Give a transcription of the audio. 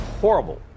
horrible